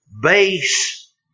base